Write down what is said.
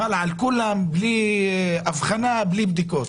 חל על כולם בלי הבחנה ובלי בדיקות?